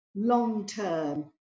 long-term